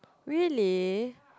really